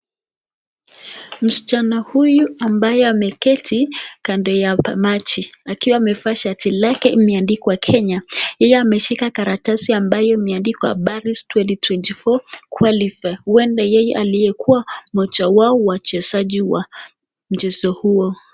Msichana huyu ambaye ameketi kando ya maji. Akiwa amevaa shati lake imeandikwa Kenya. Yeye ameshika karatasi ambayo imeandikwa Baris twenty twenty four qualified . Huenda yeye aliyekuwa mmoja wao wachezaji wa mchezo huo.